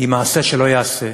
הן מעשה שלא ייעשה.